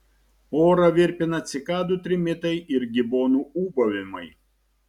orą virpina cikadų trimitai ir gibonų ūbavimai